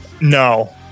No